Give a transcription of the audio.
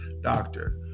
doctor